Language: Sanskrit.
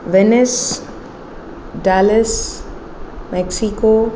वेनेस् डेलेस् मेक्सिको